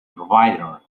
provider